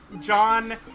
John